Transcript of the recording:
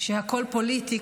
שהכול פוליטי,